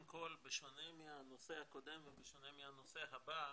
כל בשונה מהנושא הקודם ובשונה מהנושא הבא,